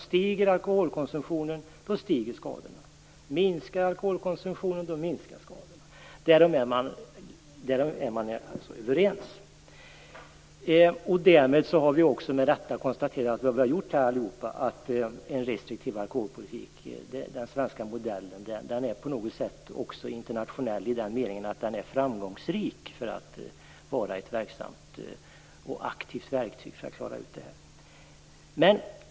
Stiger alkoholkonsumtionen, då ökar skadorna. Minskar alkoholkonsumtionen, då minskar skadorna. Därom är man alltså överens. En restriktiv alkoholpolitik, dvs. den svenska modellen, är internationell i den meningen att den är framgångsrik och ett verksamt och aktivt verktyg.